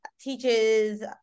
teaches